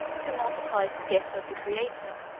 who multiplies the gifts of the creator,